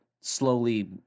slowly